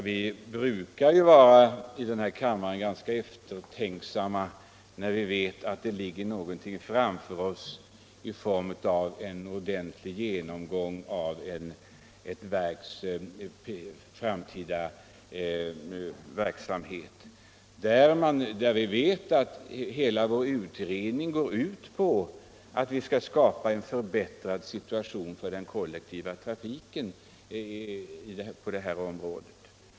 Fru talman! I denna kammare brukar vi vara ganska eftertänksamma, när vi vet att framför oss ligger en ordentlig genomgång av ett verks framtida verksamhet. Vi känner till att hela utredningen går ut på att skapa en förbättrad situation för den kollektiva trafiken på detta område.